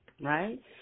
right